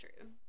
true